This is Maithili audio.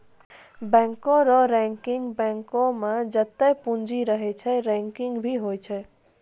बैंको रो रैंकिंग बैंको मे जत्तै पूंजी रहै छै रैंकिंग भी होय छै